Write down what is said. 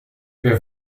wir